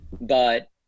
But-